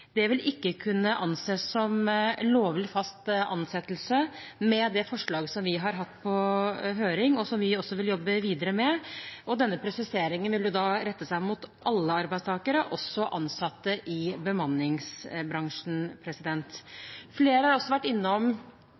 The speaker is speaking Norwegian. ikke vil kunne anses som lovlig fast ansettelse med det forslaget som vi har hatt på høring, og som vi også vil jobbe videre med. Denne presiseringen vil rette seg mot alle arbeidstakere, også ansatte i bemanningsbransjen. Flere har også vært innom